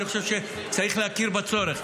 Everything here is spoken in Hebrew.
אני חושב שצריך להכיר בצורך.